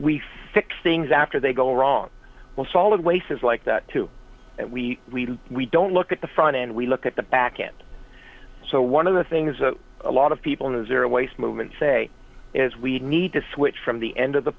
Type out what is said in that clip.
we fix things after they go wrong well solid waste is like that too and we really we don't look at the front end we look at the back and so one of the things a lot of people in the zero waste movement say is we need to switch from the end of the